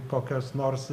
kokios nors